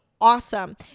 awesome